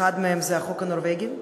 אחד מהם זה החוק הנורבגי,